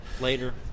later